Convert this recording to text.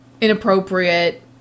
inappropriate